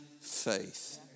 faith